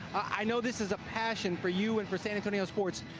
i know this is a passion for you and for san antonio sports.